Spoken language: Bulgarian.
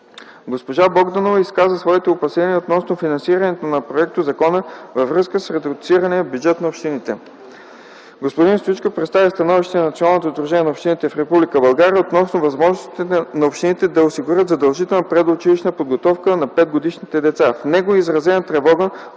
Госпожа Богданова изказа своите опасения относно финансирането на проектозакона във връзка с редуцирания бюджет на общините. Господин Стоичков представи становището на Националното сдружение на общините в Република България относно възможностите на общините да осигурят задължителната предучилищна подготовка на 5-годишните деца. В него е изразена тревога